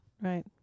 Right